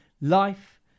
life